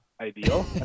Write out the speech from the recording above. ideal